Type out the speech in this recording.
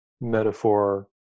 metaphor